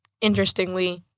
interestingly